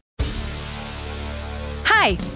Hi